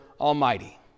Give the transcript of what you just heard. Almighty